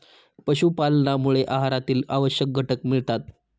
पशुपालनामुळे आहारातील आवश्यक घटक मिळतात